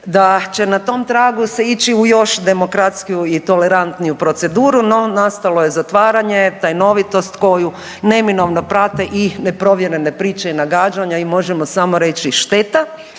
da će na tom tragu se ići u još demokrackiju i tolerantniju proceduru, no nastalo je zatvaranje, tajnovitost koju neminovno prate i neprovjerene priče i nagađanja i možemo samo reći šteta